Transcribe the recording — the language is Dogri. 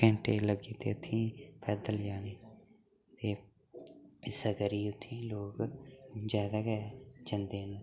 घैंटे लग्गी दे उ'त्थें ई पैदल जाने ई ते इस्सै करियै उ'त्थें ई लोग जादै गै जन्दे न